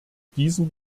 diesen